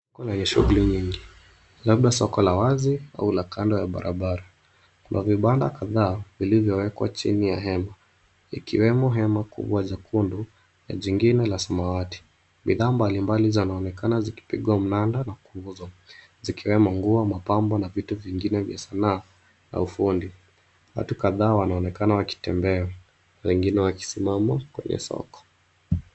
Soko lenye shughuli nyingi. Labda soko la wazi, au la kando ya barabara. Kuna vibanda kadhaa, vilivyowekwa chini ya hema, ikiwemo haya makubwa jekundu, na jingine la samawati. Bidhaa mbalimbali zinaonekana zikipigwa mnada, na kupunguzwa, zikiwemo nguo, mapambo, na vitu vingine vya sanaa, na ufundi. Watu kadhaa wanaonekana wakitembea. Wengine wakisimama kwenye soko.